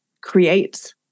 create